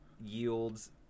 yields